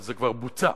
אבל זה כבר בוצע,